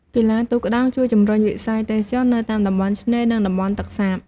កីឡាទូកក្ដោងជួយជំរុញវិស័យទេសចរណ៍នៅតាមតំបន់ឆ្នេរ និងតំបន់ទឹកសាប។